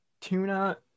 Tuna